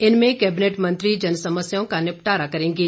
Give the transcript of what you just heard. इनमें कैबिनेट मंत्री जनसमस्याओं का निपटारा करेंगे